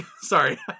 Sorry